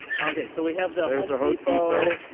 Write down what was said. ok, so we have the home depot.